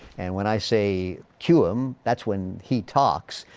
and when i say cue him that's when he talks.